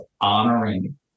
honoring